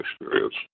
experience